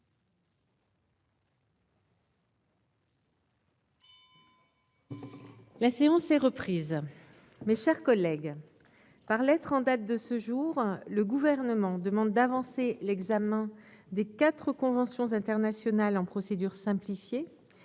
La séance est reprise. Mes chers collègues, par lettre en date de ce jour, le Gouvernement demande d'avancer l'examen des quatre conventions internationales en procédure simplifiée